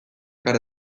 ekar